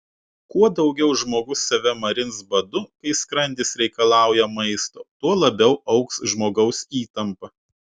kuo daugiau žmogus save marins badu kai skrandis reikalauja maisto tuo labiau augs žmogaus įtampa